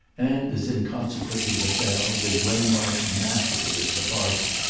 and, as inconsequently befell, with waymarsh massively of the party.